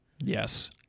Yes